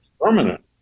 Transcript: permanent